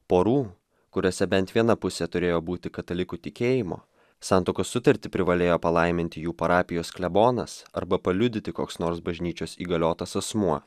porų kuriose bent viena pusė turėjo būti katalikų tikėjimo santuokos sutartį privalėjo palaiminti jų parapijos klebonas arba paliudyti koks nors bažnyčios įgaliotas asmuo